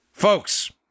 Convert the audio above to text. Folks